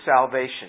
salvation